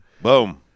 Boom